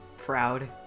proud